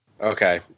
Okay